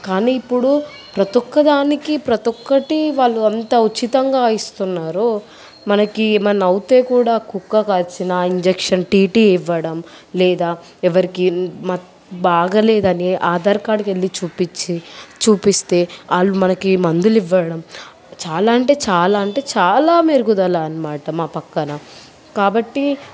కానీ ఇప్పుడు ప్రతీ ఒక్క దానికి ప్రతీ ఒక్కటి వాళ్ళు అంత ఉచితంగా ఇస్తున్నారో మనకి ఏమైనా అయితే కూడా కుక్క కరిచిన ఇంజక్షన్ టిటి ఇవ్వడం లేదా ఎవరికీ మ బాగా లేదని ఆధార్ కార్డుకి వెళ్ళి చూపించి చూపిస్తే వాళ్ళు మనకి మందులు ఇవ్వడం చాలా అంటే చాలా అంటే చాలా మెరుగుదలన్నమాట ప్రక్కన కాబట్టి